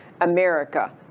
America